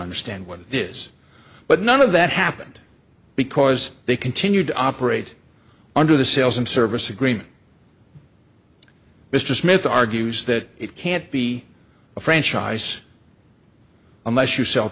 understand what it is but none of that happened because they continued to operate under the sales and service agreement mr smith argues that it can't be a franchise unless you sell